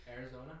Arizona